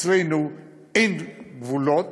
אצלנו אין גבולות,